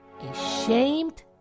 Ashamed